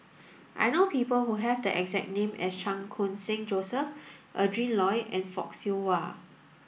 I know people who have the exact name as Chan Khun Sing Joseph Adrin Loi and Fock Siew Wah